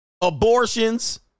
Abortions